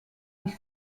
les